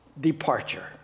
Departure